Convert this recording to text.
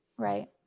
Right